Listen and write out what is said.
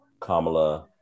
Kamala